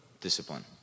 discipline